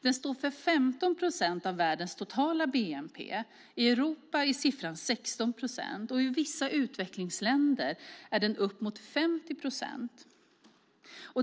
Den står för 15 procent av världens totala bnp. I Europa är siffran 16 procent, och i vissa utvecklingsländer är den upp mot 50 procent.